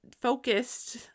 focused